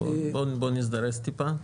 בוא נזדרז טיפה.